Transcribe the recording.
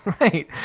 Right